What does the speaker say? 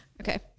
Okay